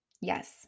Yes